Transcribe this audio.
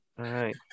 Right